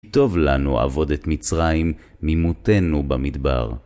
טוב לנו עבוד את מצרים, ממותנו במדבר.